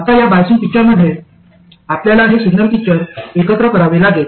आता या बायसिंग पिक्चरमध्ये आपल्याला हे सिग्नल पिक्चर एकत्र करावे लागेल